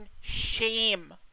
shame